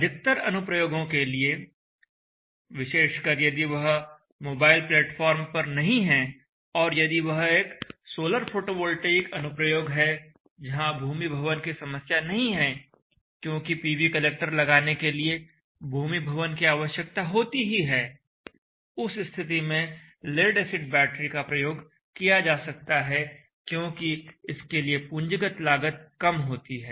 अधिकतर अनुप्रयोगों के लिए विशेषकर यदि वह मोबाइल प्लेटफॉर्म पर नहीं है और यदि वह एक सोलर फोटोवोल्टेइक अनुप्रयोग है जहां भूमि भवन की समस्या नहीं है क्योंकि पीवी कलेक्टर लगाने के लिए भूमि भवन की आवश्यकता होती ही है उस स्थिति में लेड एसिड बैटरी का प्रयोग किया जा सकता है क्योंकि इसके लिए पूंजीगत लागत कम होती है